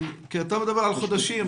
כי אתה מדבר על חודשים.